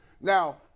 Now